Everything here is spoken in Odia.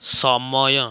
ସମୟ